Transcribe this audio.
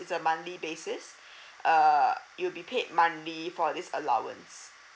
is a monthly basis err you'll be paid monthly for this allowance